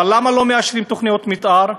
אבל למה לא מאשרים תוכניות מתאר?